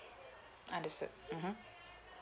understood mmhmm